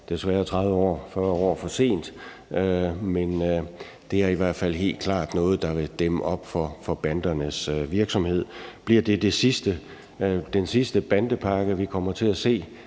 desværre 30-40 år for sent. Det er i hvert fald helt klart noget, der vil dæmme op for bandernes virksomhed. Bliver det den sidste bandepakke, vi kommer til at se?